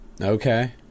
Okay